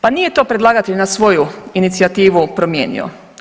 Pa nije to predlagatelj na svoju inicijativu promijenio.